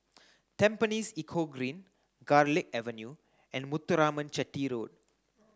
Tampines Eco Green Garlick Avenue and Muthuraman Chetty Road